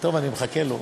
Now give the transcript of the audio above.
טוב, אני מחכה לו.